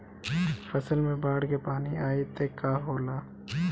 फसल मे बाढ़ के पानी आई त का होला?